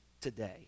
today